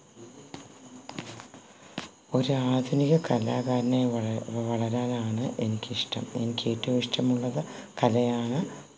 ഒരാധുനിക കലാകാരനായി വള വളരാനാണ് എനിക്കിഷ്ടം എനിക്കേറ്റവും ഇഷ്ടമുള്ളത് കലയാണ്